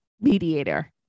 Mediator